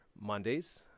Mondays